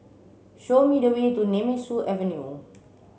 show me the way to Nemesu Avenue